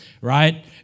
Right